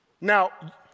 Now